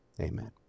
Amen